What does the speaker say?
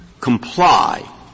comply